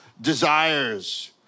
desires